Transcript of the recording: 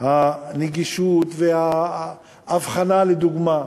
הנגישות והאבחנה לדוגמה,